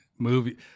movie